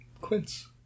Quince